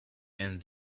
and